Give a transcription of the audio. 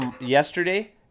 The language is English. yesterday